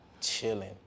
chilling